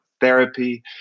therapy